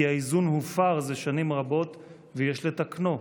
כי האיזון הופר זה שנים רבות ויש לתקנו.